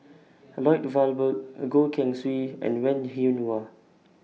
Lloyd Valberg Goh Keng Swee and Wen Jinhua